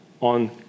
on